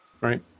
Right